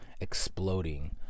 exploding